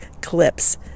clips